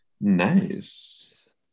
Nice